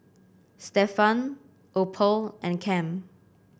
Stephan Opal and Cam